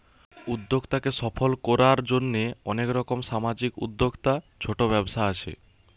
উদ্যোক্তাকে সফল কোরার জন্যে অনেক রকম সামাজিক উদ্যোক্তা, ছোট ব্যবসা আছে